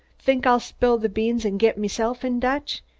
think i'll spill the beans and get meself in dutch?